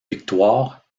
victoires